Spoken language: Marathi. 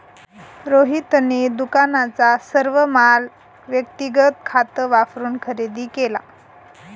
रोहितने दुकानाचा सर्व माल व्यक्तिगत खात वापरून खरेदी केला